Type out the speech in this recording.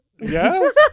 yes